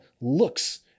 looks